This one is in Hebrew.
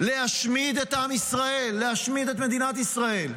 להשמיד את עם ישראל, להשמיד את מדינת ישראל.